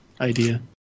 idea